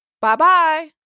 Bye-bye